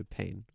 pain